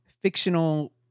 fictional